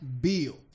bill